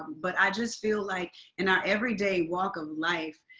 but i just feel like in our everyday walk of life,